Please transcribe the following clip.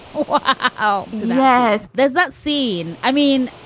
oh, yes. there's that scene. i mean,